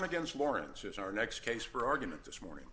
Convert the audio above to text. against lawrence as our next case for argument this morning